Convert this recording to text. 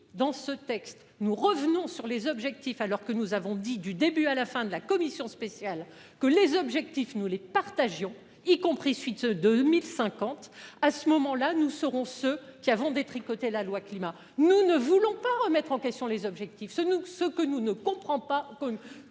dans ce texte, nous revenons sur les objectifs alors que nous avons dit du début à la fin de la commission spéciale que les objectifs, nous les partagions y compris suite 2050. À ce moment-là, nous saurons ce qui avons détricoter la loi climat. Nous ne voulons pas remettre en question les objectifs ce nous ce que nous ne comprend pas